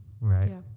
right